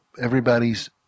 Everybody's